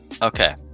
okay